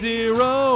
Zero